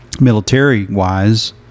Military-wise